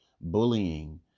bullying